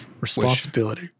Responsibility